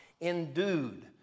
endued